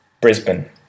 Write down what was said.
Brisbane